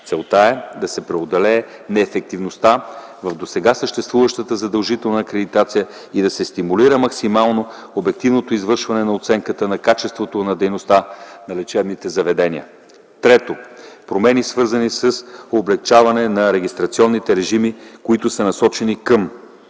Целта е да се преодолее неефективността на досега съществуващата задължителна акредитация и да се стимулира максимално обективното извършване на оценката на качеството на дейността на лечебното заведение. Трето, промени, свързани с облекчаване на регистрационните режими, които са насочени към: